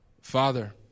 Father